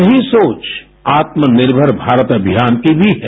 यही सोच आत्मनिर्भर भारत अभियान की भी है